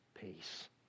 peace